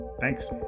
thanks